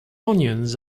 onions